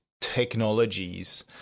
technologies